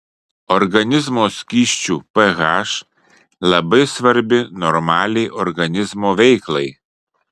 organizmo skysčių ph labai svarbi normaliai organizmo veiklai